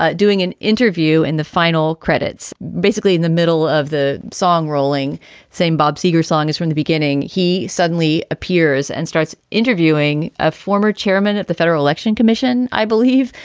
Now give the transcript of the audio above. ah doing an interview in the final credits, basically in the middle of the song rolling same bob seger song is from the beginning. he suddenly appears and starts interviewing a former chairman of the federal election commission, i believe.